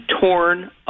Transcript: torn